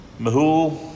Mahul